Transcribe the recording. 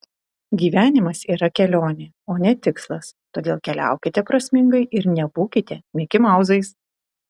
gyvenimas yra kelionė o ne tikslas todėl keliaukite prasmingai ir nebūkite mikimauzais